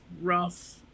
rough